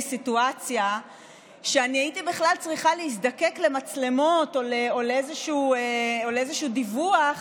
סיטואציה שאני הייתי בכלל צריכה להזדקק למצלמות או לאיזשהו דיווח